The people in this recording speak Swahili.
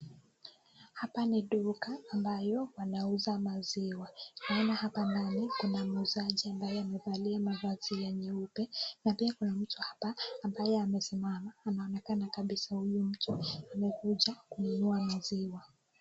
Hapa ni duka ambayo wanauza maziwa. Naona hapa ndani kuna mzazi ambaye aliyevaa mavazi ya nyeupe. Hapa kuna mtu hapa ambaye amesimama. Inaonekana kabisa huyu mtu amekuja kununua maziwa.